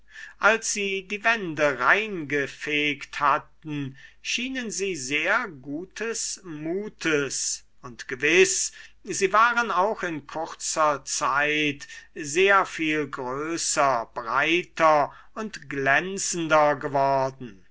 als sie die wände reingefegt hatten schienen sie sehr gutes mutes und gewiß sie waren auch in kurzer zeit sehr viel größer breiter und glänzender geworden